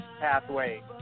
pathway